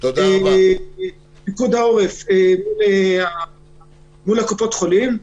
פיקוד העורף מול קופות החולים,